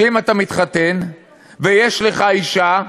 שאם אתה מתחתן ויש לך אישה,